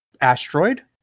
asteroid